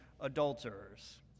adulterers